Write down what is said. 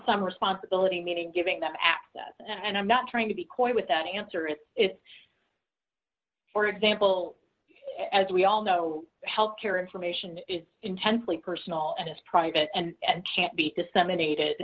some responsibility meeting giving them access and i'm not trying to be coy with that answer is it for example as we all know health care information is intensely personal and is private and can't be disseminated